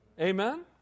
Amen